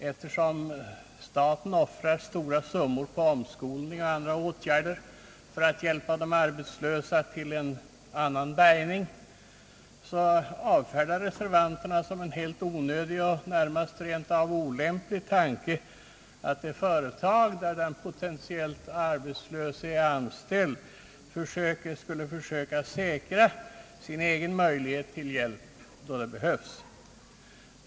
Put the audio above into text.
Eftersom staten offrar stora summor på omskolning och andra åtgärder för att hjälpa de arbetslösa till en annan bärgning, så avfärdar reservanterna som en helt onödig och närmast rent av olämplig tanke att det företag där den potentiellt arbetslöse är anställd skulle försöka säkra sin egen möjlighet till hjälp, då det behövs.